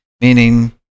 meaning